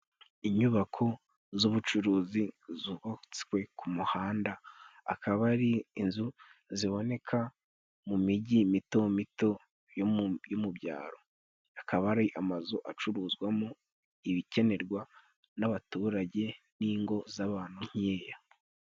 Inyubako z'ubucuruzi zubatswe ku muhanda akaba ari inzu ziboneka mu mijyi mito mito yo mu byaro. Akaba ari amazu acuruzwamo ibikenerwa n'abaturage n'ingo z'abantu nkeya.